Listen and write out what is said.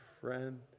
friend